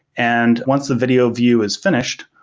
and once the video view is finished,